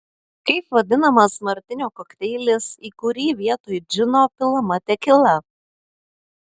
kaip vadinamas martinio kokteilis į kurį vietoj džino pilama tekila